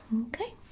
okay